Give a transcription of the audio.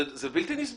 זה בלתי נסבל.